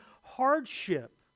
hardship